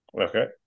Okay